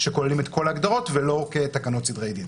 שכוללים את כל ההגדרות ולא כתקנות סדרי דין.